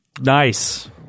Nice